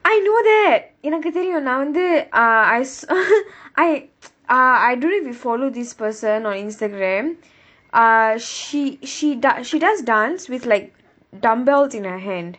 I know that எனக்கு தெரியும் நான் வந்து:enakku theriyum naan vanthu uh I I uh I don't know if you follow this person or Instagram ah she she do~ she does dance with like dumbbells in her hand